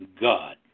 God